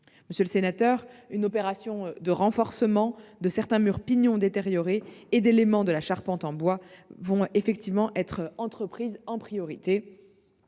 être réalisées. Une opération de renforcement de certains murs pignons détériorés et d’éléments de la charpente en bois va effectivement être entreprise en priorité.